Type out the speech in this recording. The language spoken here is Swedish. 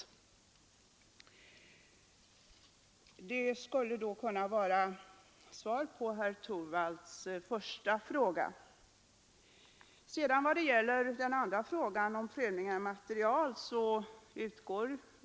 Detta skulle kunna vara mitt svar på herr Torwalds första fråga. Den andra frågan gällde prövning av materiel.